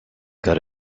got